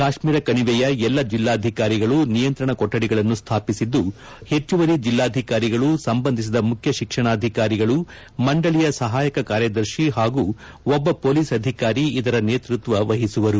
ಕಾಶ್ಮೀರ ಕಣಿವೆಯ ಎಲ್ಲ ಜಿಲ್ಲಾಧಿಕಾರಿಗಳು ನಿಯಂತ್ರಣ ಕೊಠಡಿಗಳನ್ನು ಸ್ಥಾಪಿಸಿದ್ದು ಹೆಚ್ಚುವರಿ ಜಿಲ್ಲಾಧಿಕಾರಿಗಳು ಸಂಬಂಧಿಸಿದ ಮುಖ್ಯ ಶಿಕ್ಷಣಾಧಿಕಾರಿಗಳು ಮಂಡಳಿಯ ಸಹಾಯಕ ಕಾರ್ಕದರ್ಶಿ ಹಾಗೂ ಒಬ್ಬ ಮೊಲೀಸ್ ಅಧಿಕಾರಿ ಇದರ ನೇತೃತ್ವ ವಹಿಸುವರು